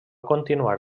continuar